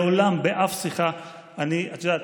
מעולם, באף שיחה, את יודעת,